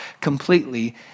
completely